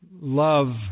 love